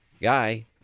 guy